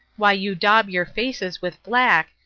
why you daub your faces with black,